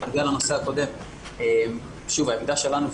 העמדה שלנו,